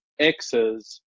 Xs